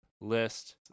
list